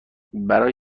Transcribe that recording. برای